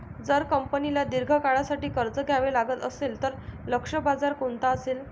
जर कंपनीला दीर्घ काळासाठी कर्ज घ्यावे लागत असेल, तर लक्ष्य बाजार कोणता असेल?